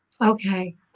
Okay